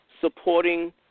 supporting